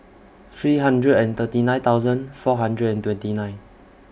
three hundred and thirty nine thousand four hundred and twenty nine